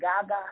Gaga